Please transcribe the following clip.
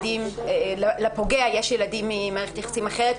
שבהן לפוגע יש ילדים ממערכת יחסים אחרת,